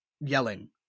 yelling